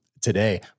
Today